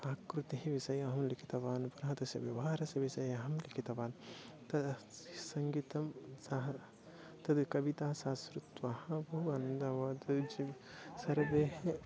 आकृतेः विषयः अहं लिखितवान् पुनः तस्य व्यवहारस्य विषये अहं लिखितवान् तद् स सङ्गीतं सः तद् कविता सा श्रुत्वा मम आनन्दः भवति जि सर्वे